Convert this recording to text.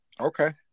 Okay